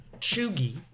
Chugi